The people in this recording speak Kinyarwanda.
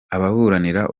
ababuranira